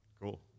Cool